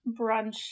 brunch